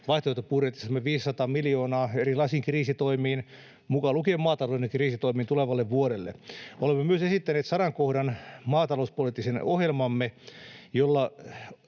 vaihtoehtobudjetissamme 500 miljoonaa erilaisiin kriisitoimiin, mukaan lukien maatalouden kriisitoimiin, tulevalle vuodelle. Olemme myös esittäneet sadan kohdan maatalouspoliittisen ohjelmamme, jolla